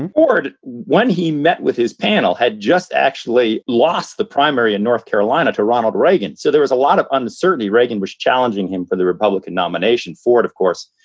and ford, when he met with his panel, had just actually lost the primary in north carolina to ronald reagan. so there was a lot of uncertainty. reagan was challenging him for the republican nomination. ford, of course,